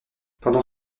pendant